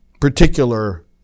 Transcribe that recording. particular